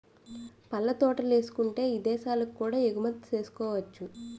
పళ్ళ తోటలేసుకుంటే ఇదేశాలకు కూడా ఎగుమతి సేసుకోవచ్చును